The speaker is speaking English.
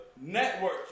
network